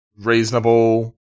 reasonable